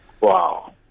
wow